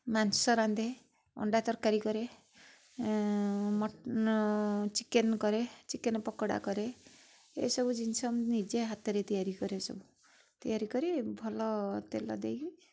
ମାଂଶ ରାନ୍ଧେ ଅଣ୍ଡା ତରକାରୀ କରେ ମଟନ ଚିକେନ କରେ ଚିକେନ ପକୋଡ଼ା କରେ ଏସବୁ ଜିନିଷ ମୁଁ ନିଜ ହାତରେ ତିଆରି କରେ ସବୁ ତିଆରି କରି ଭଲ ତେଲ ଦେଇକି